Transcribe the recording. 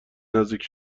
نزدیک